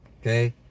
Okay